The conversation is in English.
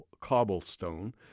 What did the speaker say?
Cobblestone